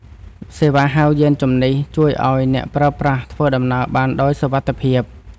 សេវាហៅយានជំនិះ ជួយឱ្យអ្នកប្រើប្រាស់ធ្វើដំណើរបានដោយសុវត្ថិភាព។